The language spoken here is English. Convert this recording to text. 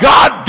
God